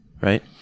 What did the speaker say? right